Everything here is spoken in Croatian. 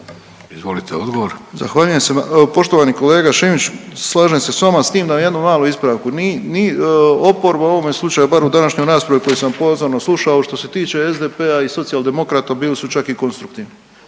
Jure (HDZ)** Zahvaljujem se. Poštovani kolega Šimić slažem se s vama s tim da imam jednu malu ispravku. Oporba u ovome slučaju, bar u današnjoj raspravi koju sam pozorno slušao što se tiče SDP-a i Socijaldemokrata bili su čak i konstruktivni,